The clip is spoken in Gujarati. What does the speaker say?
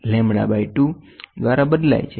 તેથી અને કોણિય સબંધ મા ફેરફાર નીચે મુજબનો થશે